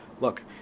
Look